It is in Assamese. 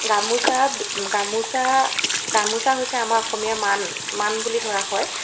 গামোচা গামোচা গামোচা হৈছে আমাৰ অসমীয়াৰ মান মান বুলি ধৰা হয়